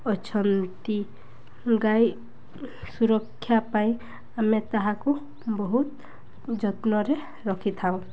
ଅଛନ୍ତି ଗାଈ ସୁରକ୍ଷା ପାଇଁ ଆମେ ତାହାକୁ ବହୁତ ଯତ୍ନରେ ରଖିଥାଉ